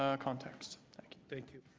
ah context. thank you. thank you.